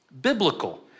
biblical